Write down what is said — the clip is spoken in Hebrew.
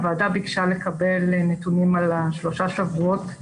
הוועדה ביקשה לקבל נתונים על השלושה שבועות,